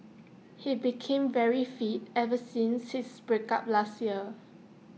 he became very fit ever since his break up last year